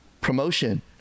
promotion